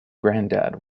grandad